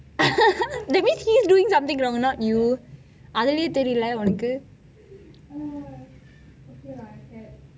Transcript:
that means he is doing something wrong அதுவே தெரியலை உனக்கு:athuvei theriyalei unakku